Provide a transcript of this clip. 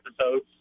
episodes